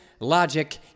logic